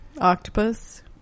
Octopus